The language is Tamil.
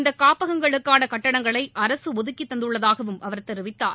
இந்த காப்பகங்களுக்கான கட்டடங்களை அரசு ஒதுக்கித் தந்துள்ளதாகவும் அவர் தெரிவித்தார்